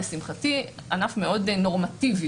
לשמחתי ענף מאוד "נורמטיבי",